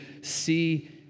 see